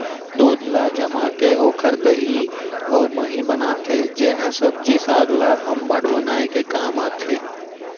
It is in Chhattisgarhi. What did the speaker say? दूद ल जमाके ओकर दही अउ मही बनाथे जेन ह सब्जी साग ल अम्मठ बनाए के काम आथे